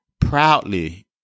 Proudly